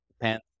Depends